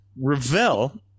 Ravel